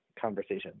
conversation